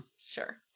Sure